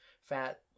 fat